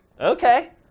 Okay